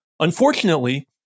Unfortunately